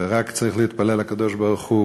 ורק צריך להתפלל לקדוש-ברוך-הוא